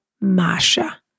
Masha